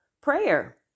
prayer